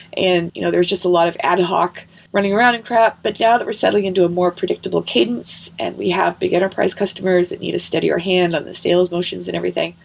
and you know there was just a lot of ad-hoc running around and crap. now but yeah that we're settling into a more predictable cadence and we have big enterprise, customers that need a steadier hand on the sales motions and everything.